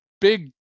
big